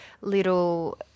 little